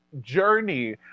journey